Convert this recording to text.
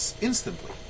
Instantly